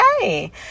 okay